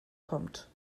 kommt